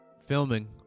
filming